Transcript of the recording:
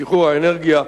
בשחרור האנרגיה,